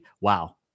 Wow